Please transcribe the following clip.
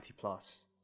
plus